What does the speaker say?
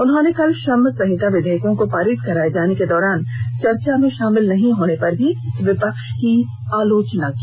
उन्होंने कल श्रम संहिता विधेयकों को पारित कराए जाने के दौरान चर्चा में शामिल नहीं होने पर भी विपक्ष की आलोचना की